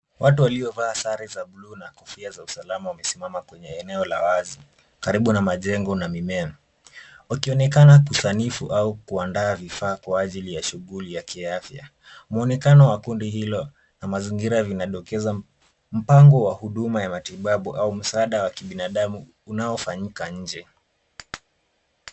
Watu waliovaa sare za bluu na kofia za usalama wamesimama kwenye eneo la wazi, karibu na majengo na mimea. Wakionekana kusanifu au kuandaa vifaa kwa ajili ya shughuli ya kiafya. Muonekano wa kundi hilo na mazingira vinadokeza mpango wa huduma wa matibabu au msaada wa binadamu unaofanyika nje.